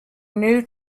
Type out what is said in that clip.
new